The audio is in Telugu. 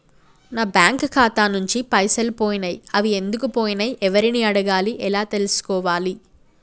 నా బ్యాంకు ఖాతా నుంచి పైసలు పోయినయ్ అవి ఎందుకు పోయినయ్ ఎవరిని అడగాలి ఎలా తెలుసుకోవాలి?